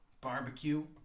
Barbecue